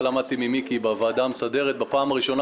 למדתי ממיקי בוועדה המסדרת בפעם הראשונה,